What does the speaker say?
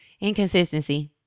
Inconsistency